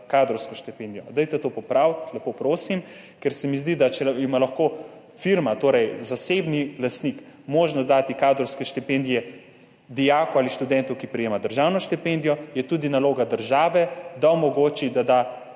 kadrovsko štipendijo. Dajte to popraviti, lepo prosim, ker se mi zdi, da če ima lahko firma, torej zasebni lastnik, možnost dati kadrovsko štipendijo dijaku ali študentu, ki prejema državno štipendijo, je tudi naloga države, da omogoči, da to